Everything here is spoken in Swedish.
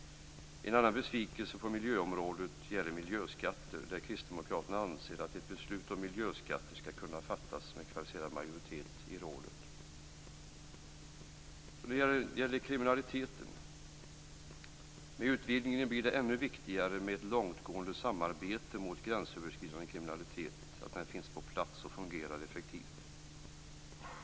En annan besvikelse på miljöområdet gäller miljöskatter. Kristdemokraternas anser att ett beslut om miljöskatter skall kunna fattas med kvalificerad majoritet i rådet. När det gäller kriminaliteten vill jag säga att det i och med utvidgningen blir ännu viktigare att långtgående samarbete mot gränsöverskridande kriminalitet finns på plats och fungerar effektivt.